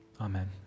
Amen